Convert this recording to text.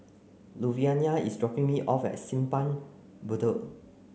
Luvinia is dropping me off at Simpang Bedok